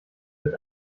wird